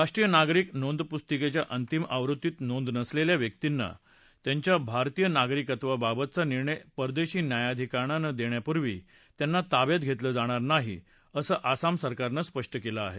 राष्ट्रीय नागरिक नोंदपुस्तिकेच्या अंतिम आवृत्तीत नोंद नसलेल्या व्यक्तींना त्यांच्या भारतीय नागरिकत्वाबाबतचा निर्णय परदेशी न्यायाधिकरणानं देण्यापूर्वी त्यांना ताब्यात धेतलं जाणार नाही असं आसाम सरकारनं स्पष्ट केलं आहे